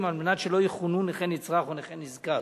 כדי שלא יכונו "נכה נצרך" או "נכה נזקק".